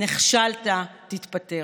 נכשלת, תתפטר.